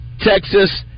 Texas